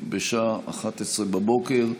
בשעה 11:00 בבוקר.